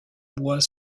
bois